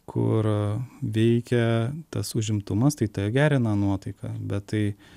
kur veikia tas užimtumas tai gerina nuotaiką bet tai